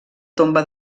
tomba